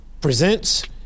presents